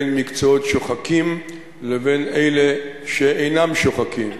בין מקצועות שוחקים לבין אלה שאינם שוחקים.